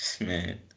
Man